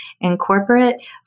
Incorporate